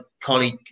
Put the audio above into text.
colleague